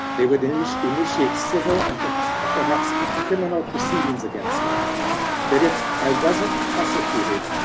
they would initiate initiate civil and perhaps and perhaps criminal proceedings against me that if i wasn't prosecuted,